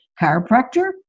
chiropractor